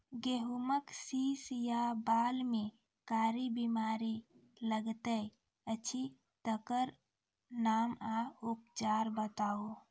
गेहूँमक शीश या बाल म कारी बीमारी लागतै अछि तकर नाम आ उपचार बताउ?